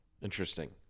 Interesting